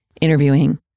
interviewing